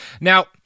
now